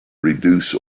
reduce